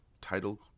title